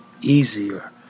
easier